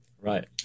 Right